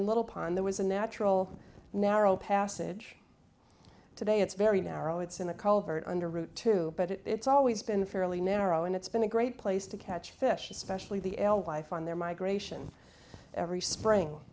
and little pond there was a natural narrow passage today it's very narrow it's in the culvert under route two but it's always been fairly narrow and it's been a great place to catch fish especially the el life on their migration every spring